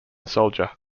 soldier